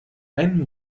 ein